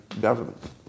government